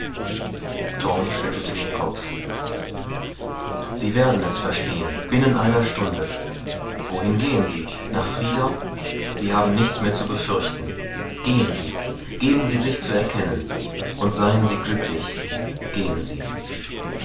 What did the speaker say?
schüttelte den kopf sie werden es verstehen binnen einer stunde wohin gehen sie nach friedau sie haben nichts mehr zu befürchten gehen sie geben sie sich zu erkennen und seien sie glücklich gehen sie